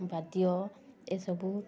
ବାଦ୍ୟ ଏ ସବୁ